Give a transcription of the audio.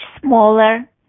smaller